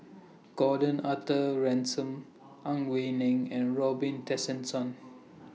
Gordon Arthur Ransome Ang Wei Neng and Robin Tessensohn